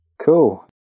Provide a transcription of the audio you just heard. cool